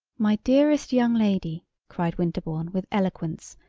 my dearest young lady, cried winterbourne, with eloquence,